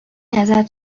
ازت